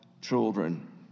children